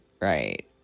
right